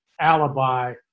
alibi